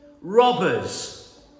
Robbers